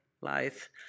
Life